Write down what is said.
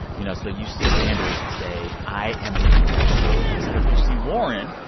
you know, so you see sanders say, i am a democratic socialist. but you see warren,